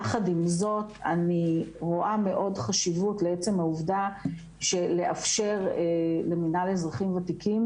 יחד עם זאת אני רואה מאוד חשיבות לעצם העובדה שלאפשר למנהל אזרחים וותיקים